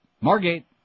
Margate